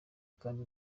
kandi